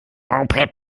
moped